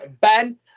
Ben